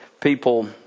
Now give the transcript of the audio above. people